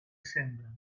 sembre